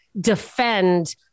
defend